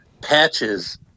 patches